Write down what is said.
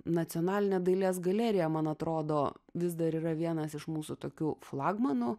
nacionalinė dailės galerija man atrodo vis dar yra vienas iš mūsų tokių flagmanų